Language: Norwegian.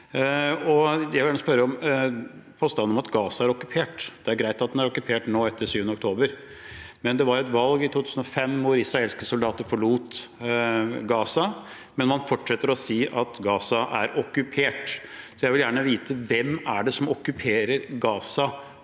Jeg vil spørre om påstanden om at Gaza er okkupert. Det er greit at det er okkupert nå etter 7. oktober, men det var et valg i 2005, hvor israelske soldater forlot Gaza, men man fortsetter å si at Gaza er okkupert. Jeg vil gjerne vite hvem som okkuperte Gaza